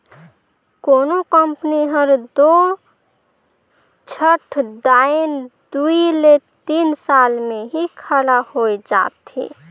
कोनो कंपनी हर दो झट दाएन दुई ले तीन साल में ही खड़ा होए जाथे